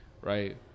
right